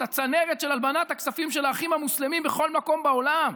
את הצנרת של הלבנת הכספים של האחים המוסלמים בכל מקום בעולם,